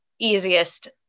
easiest